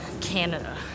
Canada